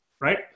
right